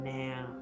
now